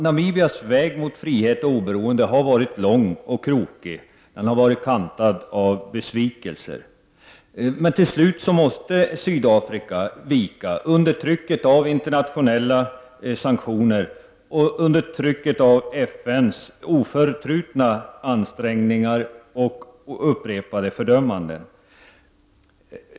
Namibias väg mot frihet och oberoende har varit lång och krokig. Den har varit kantad av besvikelser. Men till slut måste Sydafrika vika under trycket av internationella sanktioner och under trycket av FN:s oförtrutna ansträngningar och upprepade fördömanden.